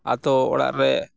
ᱟᱹᱛᱩ ᱚᱲᱟᱜ ᱨᱮ